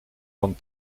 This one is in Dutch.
van